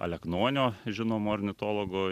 aleknonio žinomo ornitologo